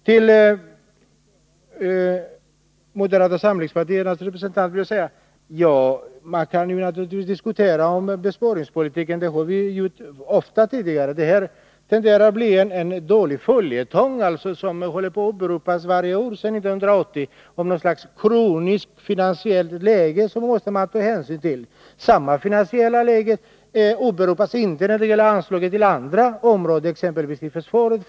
Till moderata samlingspartiets representant vill jag säga att man naturligtvis kan diskutera besparingspolitiken. Det har vi ju ofta gjort. Det tenderar att bli en dålig följetong detta att man varje år sedan 1980 åberopar något slags kroniskt finansiellt läge som man måste ta hänsyn till. Samma finansiella läge åberopas inte från moderaternas sida när det gäller anslaget till andra områden, exempelvis försvaret.